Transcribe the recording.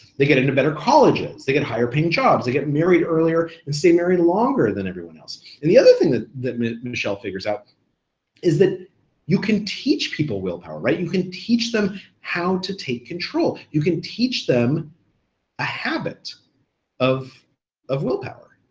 they get into better colleges, they get higher-paying jobs, they get married earlier and stay married longer than everyone else, and the other thing that that mischel figures out is that you can teach people willpower. you can teach them how to take control. you can teach them a habit of of willpower.